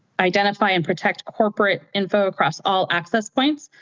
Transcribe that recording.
identify and protect corporate info across all access points.